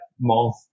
month